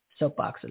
soapboxes